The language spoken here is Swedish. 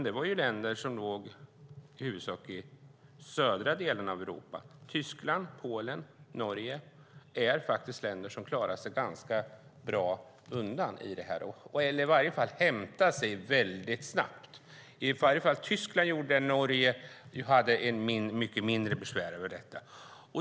Det var i huvudsak länder i södra delen av Europa som hade det. Tyskland, Polen och Norge klarade sig faktiskt ganska bra eller hämtade sig i alla fall väldigt snabbt.